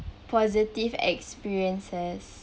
positive experiences